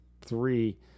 three